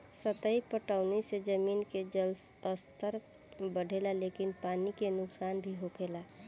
सतही पटौनी से जमीन के जलस्तर बढ़ेला लेकिन पानी के नुकसान भी होखेला